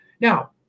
Now